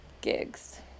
gigs